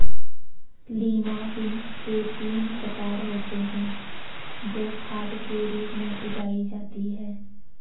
lima beans के तीन प्रकार होते हे जो खाद के रूप में उगाई जाती हें